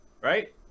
right